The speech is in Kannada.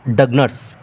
ಡಗ್ನರ್ಸ್